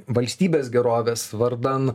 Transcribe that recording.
valstybės gerovės vardan